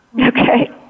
Okay